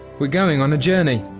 we're going on a journey,